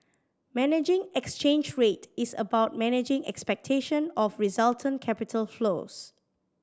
managing exchange rate is about managing expectation of resultant capital flows